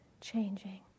changing